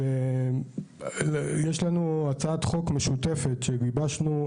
יש לנו הצעת חוק משותפת שגיבשנו,